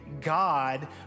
God